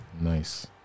Nice